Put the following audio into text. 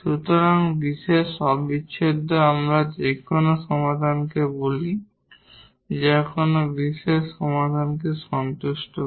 সুতরাং particular integral আমরা যে কোন সমাধানকে বলি যা কোন বিশেষ সমাধানকে সন্তুষ্ট করে